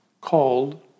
called